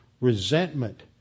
resentment